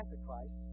Antichrist